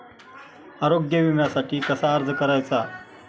आरोग्य विम्यासाठी कसा अर्ज करायचा?